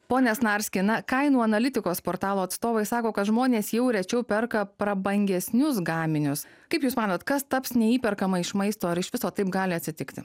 pone snarski na kainų analitikos portalo atstovai sako kad žmonės jau rečiau perka prabangesnius gaminius kaip jūs manot kas taps neįperkama iš maisto ar iš viso taip gali atsitikti